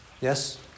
Yes